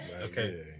Okay